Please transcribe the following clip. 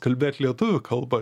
kalbėt lietuvių kalba